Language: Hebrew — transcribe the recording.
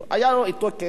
היה לו אתו כסף,